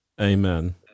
Amen